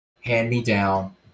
hand-me-down